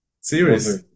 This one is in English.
Serious